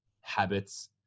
habits